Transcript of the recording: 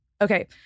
Okay